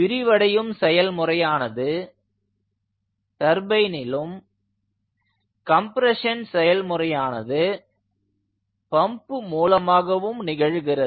விரிவடையும் செயல்முறையானது டர்பைனிலும் கம்ப்ரெஷன் செயல்முறையானது பம்ப் மூலமாகவும் நிகழ்கிறது